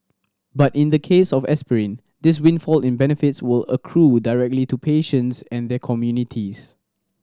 but in the case of aspirin this windfall in benefits will accrue directly to patients and their communities